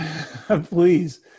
please